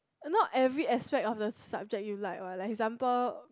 not every aspect of the subject you like what like example